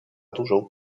dużą